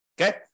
Okay